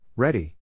Ready